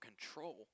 control